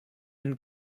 been